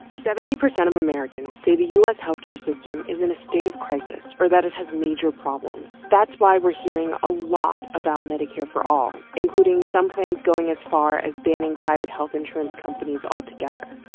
seventy percent of americans say the u s. health-care system is in a state of crisis or that it has major problems. that's why we're hearing a lot about medicare for all, including some plans going as far as banning private health insurance companies altogether.